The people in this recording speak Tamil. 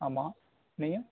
ஆமாம் நீங்கள்